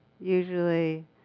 Usually